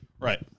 Right